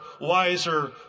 wiser